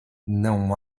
não